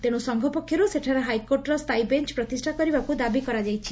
ତେଣୁ ସଂଘ ପକ୍ଷରୁ ସେଠାରେ ହାଇକୋର୍ଟର ସ୍ଚାୟୀ ବେଞ୍ ପ୍ରତିଷା କରିବାକୁ ଦାବି କରାଯାଇଛି